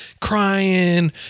crying